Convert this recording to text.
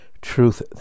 truth